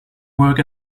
work